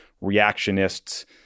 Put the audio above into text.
reactionists